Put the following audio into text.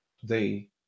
today